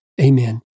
Amen